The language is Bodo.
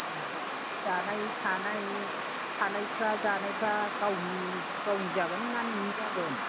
जानाय थानाय थानायफ्रा जानायफ्रा गावनि गावनि जागोन ना नोंनि जागोन